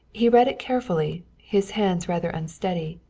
he read it carefully, his hands rather unsteady.